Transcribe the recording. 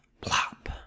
plop